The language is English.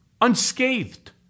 unscathed